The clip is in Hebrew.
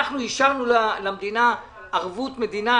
אנחנו אישרנו למדינה ערבות מדינה,